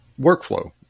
workflow